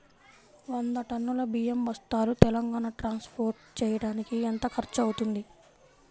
వంద టన్నులు బియ్యం బస్తాలు తెలంగాణ ట్రాస్పోర్ట్ చేయటానికి కి ఎంత ఖర్చు అవుతుంది?